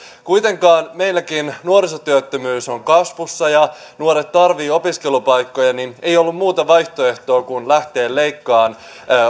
kuitenkin meilläkin nuorisotyöttömyys on kasvussa ja nuoret tarvitsevat opiskelupaikkoja joten ei ole ollut muuta vaihtoehtoa kuin lähteä leikkaamaan